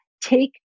take